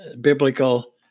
biblical